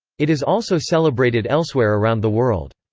it is also celebrated elsewhere around the world.